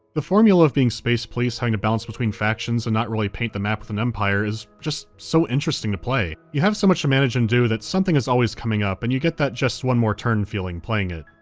the formula of being space police, having to balance between factions, and not really paint the map with an empire, is just so interesting to play. you have so much to manage and do, that something is always coming up, and you get that just one more turn feeling playing it.